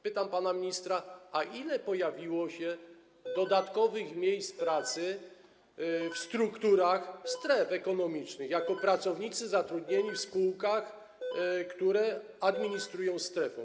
Pytam pana ministra: A ile się pojawiło dodatkowych miejsc pracy w strukturach stref ekonomicznych w kontekście pracowników zatrudnionych w spółkach, które administrują strefą?